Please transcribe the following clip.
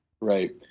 Right